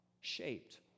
shaped